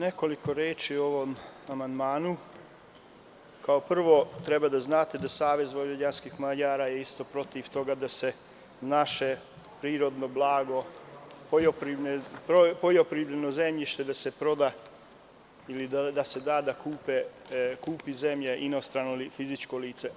Nekoliko reči bih rekao o ovom amandmanu, kao prvo treba da znate da Savez vojvođanskih Mađara je isto protiv toga da se naše prirodno blago, poljoprivredno zemljište da se proda ili da se da da zemlju kupi inostrano ili fizičko lice.